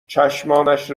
چشمانش